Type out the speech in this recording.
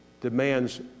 demands